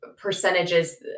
percentages